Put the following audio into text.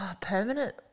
Permanent